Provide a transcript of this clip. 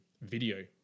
video